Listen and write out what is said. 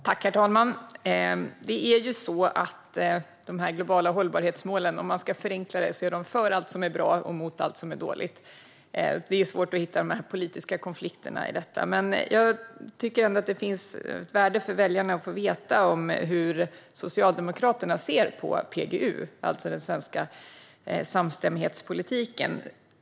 Herr talman! De globala hållbarhetsmålen är, om man ska förenkla det, för allt som är bra och mot allt som är dåligt. Det är svårt att hitta politiska konflikter i detta. Men jag tycker ändå att det finns ett värde för väljarna i att få veta hur Socialdemokraterna ser på PGU, alltså den svenska samstämmighetspolitiken.